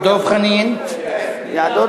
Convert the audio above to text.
דב חנין ויתר.